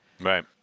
Right